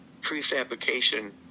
prefabrication